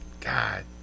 god